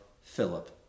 Philip